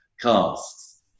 casts